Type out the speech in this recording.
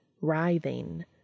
writhing